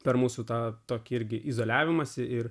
per mūsų tą tokį irgi izoliavimąsi ir